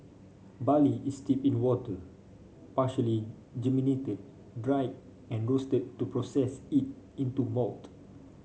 barley is steeped in water partially germinated dried and roasted to process it into malt